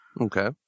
Okay